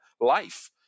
life